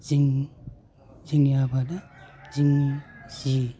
जोंनि जोंनि आबादा जोंनि जि